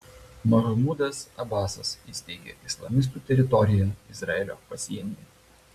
mahmudas abasas įsteigė islamistų teritoriją izraelio pasienyje